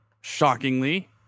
shockingly